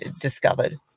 discovered